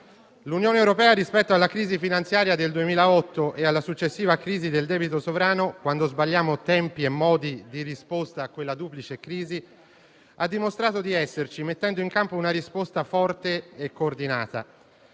L'Unione europea, rispetto alla crisi finanziaria del 2008 e alla successiva crisi del debito sovrano, quando sbagliammo tempi e modi di risposta a quella duplice crisi, ha dimostrato di esserci, mettendo in campo una risposta forte e coordinata.